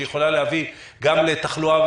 שיכולה להביא גם תחלואה,